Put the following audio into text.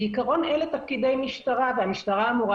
בעיקרון אלה תפקידי משטרה והמשטרה אמורה